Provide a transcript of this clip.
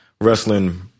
wrestling